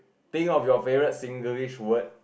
think of your favorite Singlish word